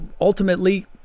ultimately